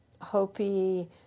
Hopi